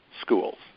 schools